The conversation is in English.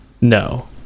no